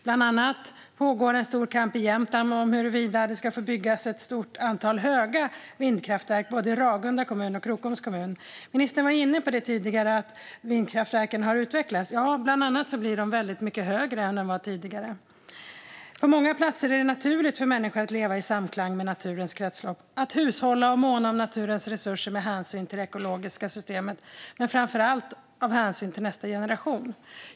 Bland annat pågår en stor kamp i Jämtland om huruvida det ska få byggas ett stort antal höga vindkraftverk både i Ragunda kommun och i Krokoms kommun. Ministern var tidigare inne på att vindkraftverken har utvecklats. Ja, bland annat blir de väldigt mycket högre än de var tidigare. På många platser är det naturligt för människor att leva i samklang med naturens kretslopp, att hushålla och att måna om naturens resurser med hänsyn till det ekologiska systemet men framför allt av hänsyn till nästa generation.